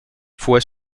fue